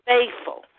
Faithful